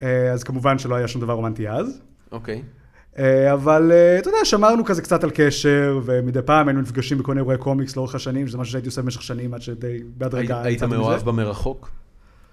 אז כמובן שלא היה שום דבר רומנטי אז. אוקיי. אבל, אתה יודע, שמרנו כזה קצת על קשר, ומדי פעם היינו נפגשים בכל מיני אירועי קומיקס לאורך השנים, שזה משהו שהייתי עושה במשך שנים, עד שדי, בהדרגה... היית מאוהב במרחוק?